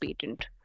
patent